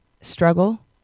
struggle